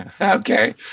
Okay